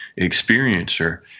experiencer